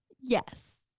yes,